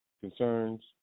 concerns